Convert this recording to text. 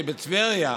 שהיה סיפור בטבריה,